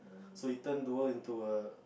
so he turn the world into a